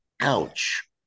ouch